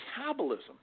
metabolism